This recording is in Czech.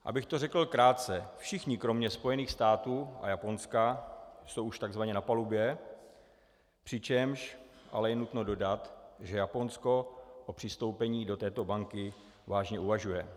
Abych to řekl krátce, všichni kromě Spojených států a Japonska jsou už takzvaně na palubě, přičemž je ale nutno dodat, že Japonsko o přistoupení do této banky vážně uvažuje.